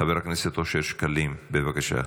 חבר הכנסת אושר שקלים, בבקשה.